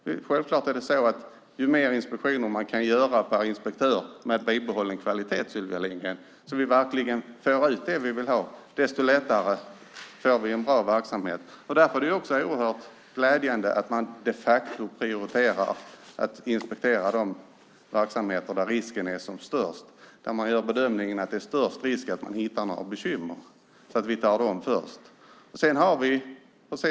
Ju fler inspektioner man kan göra per inspektör - med bibehållen kvalitet, Sylvia Lindgren - desto lättare får vi en bra verksamhet. Därför är det oerhört glädjande att man prioriterar att inspektera de verksamheter där risken är som störst och där man gör bedömningen att det är störst risk att man hittar några bekymmer. Dem tar man först.